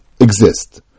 Exist